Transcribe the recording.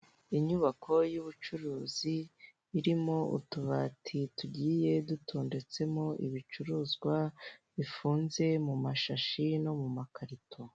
Inyubako y'ubucuruzi, irimo utubati tugiye dutondetsemo ibicuruzwa bifunze mu mashashi no mu makarito.